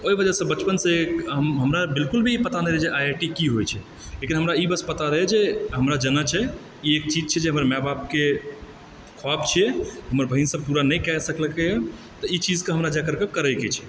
ओहि वजहसँ बचपनसँ हमरा बिल्कुल भी पता नहि रहए जे आइआइटी की होइ छै लेकिन हमरा ई बस पता रहए जे हमरा जेनाइ छै ई चीज छै जे हमरा माए बापके ख्वाब छिऐ हमर बहिन सब पूरा नहि कए सकलैए तऽ ई चीजके हमरा जाए करके करैके छै